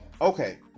Okay